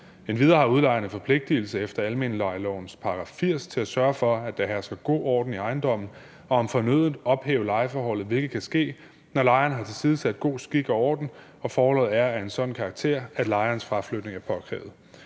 Endvidere har udlejerne forpligtigelse til efter almenlejelovens § 80 at sørge for, at der hersker god orden i ejendommen, og om fornødent at ophæve lejeforholdet, hvilket kan ske, når lejeren har tilsidesat god skik og orden og forholdet er af en sådan karakter, at lejerens fraflytning er påkrævet.